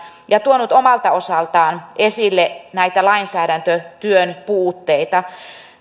ja tuonut omalta osaltaan esille näitä lainsäädäntötyön puutteita